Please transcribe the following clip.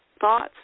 thoughts